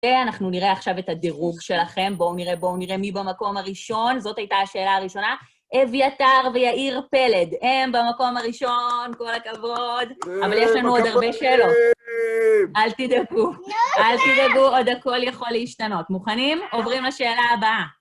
אנחנו נראה עכשיו את הדירוג שלכם, בואו נראה, בואו נראה מי במקום הראשון. זאת הייתה השאלה הראשונה, אביתר ויעיר פלד. הם במקום הראשון, כל הכבוד. אבל יש לנו עוד הרבה שאלות. אל תדאגו, אל תדאגו, עוד הכל יכול להשתנות. מוכנים? עוברים לשאלה הבאה.